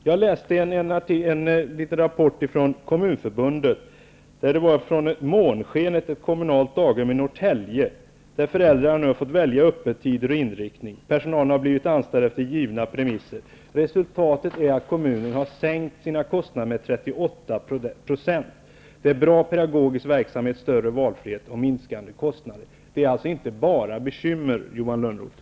Jag har läst en rapport från Kommunförbundet om det kommunala daghemmet Månskenet i Norrtälje. Där har föräldrarna fått välja öppettider och inriktning. Personalen har anställts på givna premisser. Resultatet är att kommunen har minskat sina kostnader med 38 %. Daghemmet har en bra pedagogisk verksamhet. Man erbjuder en större valfrihet, och kostnaderna minskar. Det är alltså inte bara fråga om bekymmer, Johan Lönnroth!